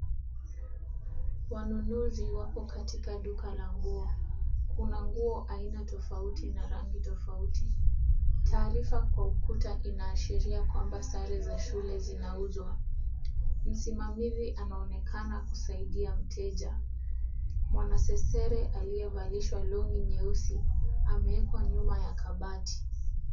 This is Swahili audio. Wanunuzi wako katika duka la nguo kunanguo aina tofauti na rangi tofauti taarifa kwa ukuta inaashiria kwamba sare za shule zinauzwa, msimamizi anaonekana kusaidia mteja . Mwanasesere aliyevalishwa longi nyeusi ameekwa nyuma ya kabati.